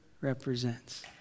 represents